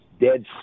Dead